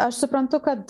aš suprantu kad